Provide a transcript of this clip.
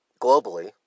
globally